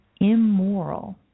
immoral